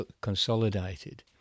consolidated